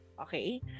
Okay